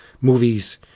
movies